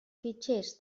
fitxers